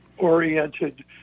oriented